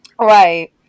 Right